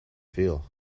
feel